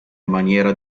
maniera